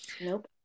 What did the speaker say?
Nope